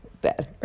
better